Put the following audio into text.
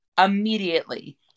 immediately